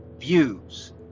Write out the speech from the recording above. views